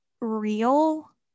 real